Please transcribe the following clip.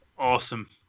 Awesome